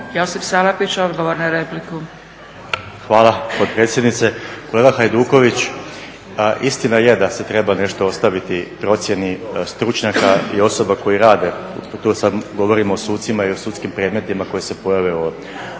**Salapić, Josip (HDSSB)** Hvala potpredsjednice. Kolega Hajduković istina je da se nešto treba ostaviti procjeni stručnjaka i osoba koji rade tu sada govorim o sucima i sudskim predmetima koji se pojave … ali